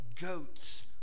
goats